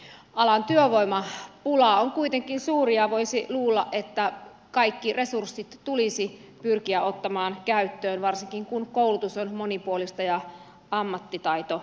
alan työvoimapula on kuitenkin suuri ja voisi luulla että kaikki resurssit tulisi pyrkiä ottamaan käyttöön varsinkin kun koulutus on monipuolista ja ammattitaito on hyvä